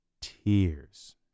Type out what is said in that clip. tears